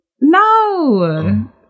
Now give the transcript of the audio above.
No